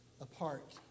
apart